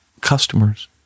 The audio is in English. customers